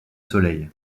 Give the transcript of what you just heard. soleil